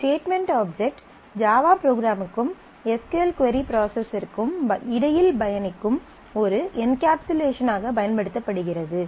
statement object Java ப்ரோக்ராம்க்கும் S Q L query ப்ராசஸருக்கும் இடையில் பயணிக்கும் ஒரு என்க்காப்சுலேஷனாக பயன்படுத்தப்படுகிறது